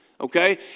Okay